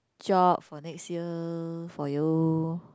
job for next year for you